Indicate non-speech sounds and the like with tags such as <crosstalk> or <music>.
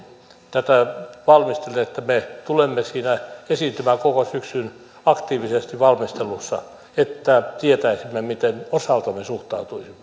tätä valmistelemme että me tulemme siinä esiintymään koko syksyn aktiivisesti valmistelussa että tietäisimme miten osaltamme suhtautuisimme <unintelligible>